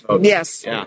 Yes